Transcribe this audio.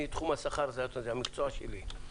תחום השכר זה המקצוע שלי.